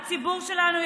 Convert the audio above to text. הציבור שלנו,